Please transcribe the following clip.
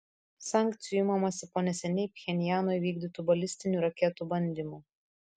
sankcijų imamasi po neseniai pchenjano įvykdytų balistinių raketų bandymų